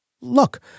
Look